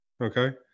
okay